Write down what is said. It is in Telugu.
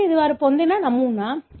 కాబట్టి ఇది వారు పొందిన నమూనా